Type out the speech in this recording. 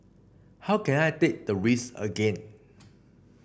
how can I take the risk again